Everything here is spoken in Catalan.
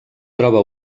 troba